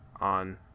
on